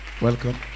welcome